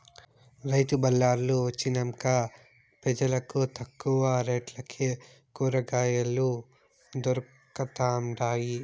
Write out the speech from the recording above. రైతు బళార్లు వొచ్చినంక పెజలకు తక్కువ రేట్లకే కూరకాయలు దొరకతండాయి